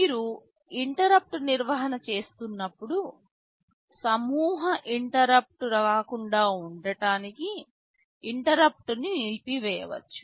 మీరు ఇంటరుప్పుట్ నిర్వహణ చేస్తున్నప్పుడు సమూహ ఇంటరుప్పుట్ రాకుండా ఉండటానికి ఇంటరుప్పుట్న్ని నిలిపివేయవచ్చు